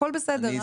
הכול בסדר.